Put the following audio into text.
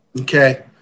Okay